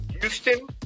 Houston